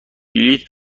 بلیط